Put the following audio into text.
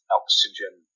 oxygen